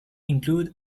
include